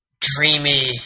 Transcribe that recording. dreamy